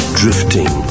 drifting